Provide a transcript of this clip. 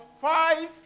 five